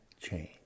change